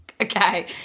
Okay